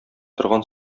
торган